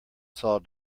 saw